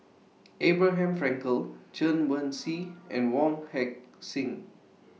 Abraham Frankel Chen Wen Hsi and Wong Heck Sing